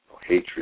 Hatred